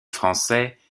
français